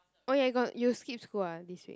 oh ya you got you skip school ah this week